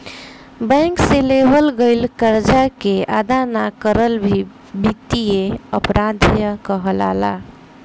bank से लेवल गईल करजा के अदा ना करल भी बित्तीय अपराध कहलाला